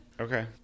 Okay